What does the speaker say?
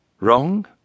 Wrong